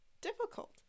difficult